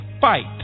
fight